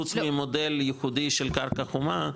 חוץ ממודל ייחודי של קרקע חומה,